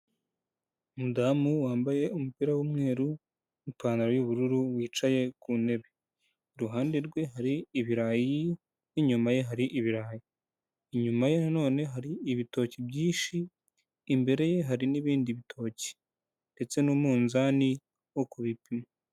Umudamu wambaye umupira w'umweru n'ipantaro y'ubururu, wicaye ku ntebe, iruhande rwe hari ibirayi n'inyuma ye hari ibirayi, inyuma ye none hari ibitoki byinshi, imbere ye hari n'ibindi bitoki ndetse n'umunzani wo kubipima.